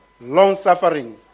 long-suffering